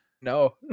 no